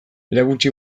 erakutsi